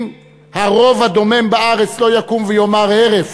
אם הרוב הדומם בארץ לא יקום ויאמר הרף,